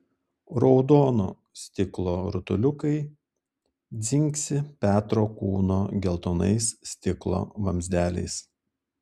raudono stiklo rutuliukai dzingsi petro kūno geltonais stiklo vamzdeliais